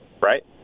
right